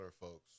folks